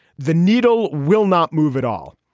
the needle will not move at all,